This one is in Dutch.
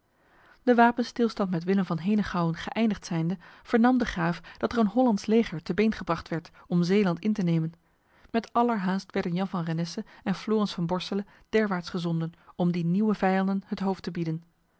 de wapenstilstand met willem van henegouwen geëindigd zijnde vernam de graaf dat er een hollands leger te been gebracht werd om zeeland in te nemen met allerhaast werden jan van renesse en florens van borsele derwaarts gezonden om die nieuwe vijanden het hoofd te bieden